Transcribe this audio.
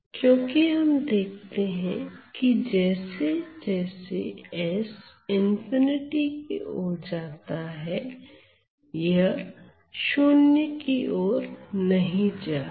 क्योंकि हम देखते हैं कि जैसे s ∞ की हो जाता है यह 0 की ओर नहीं जा रहा